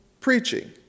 preaching